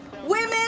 women